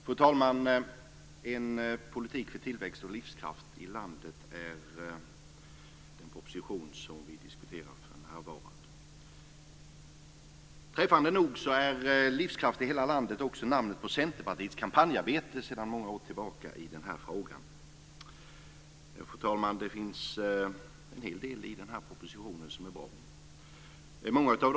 Fru talman! Den proposition som vi för närvarande diskuterar är En politik för tillväxt och livskraft i hela landet. Träffande nog är livskraft i hela landet namnet på Centerpartiets kampanjarbete sedan många år tillbaka på detta område. Fru talman! Det finns en hel del i den här propositionen som är bra.